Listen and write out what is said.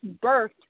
birth